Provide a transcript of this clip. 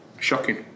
Shocking